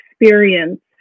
experience